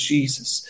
Jesus